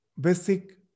basic